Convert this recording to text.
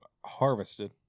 Harvested